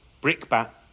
brickbat